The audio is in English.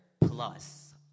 plus